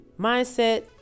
Mindset